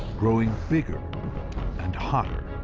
growing bigger and hotter.